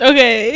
Okay